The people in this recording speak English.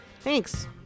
Thanks